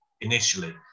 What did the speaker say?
initially